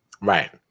right